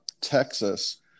Texas